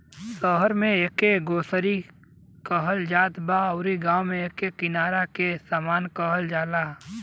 शहर में एके ग्रोसरी कहत जात बा अउरी गांव में एके किराना के सामान कहल जाला